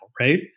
right